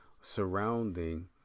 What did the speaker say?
surrounding